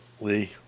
Lee